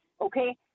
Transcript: okay